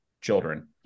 children